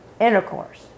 intercourse